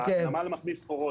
הנמל מכניס סחורות,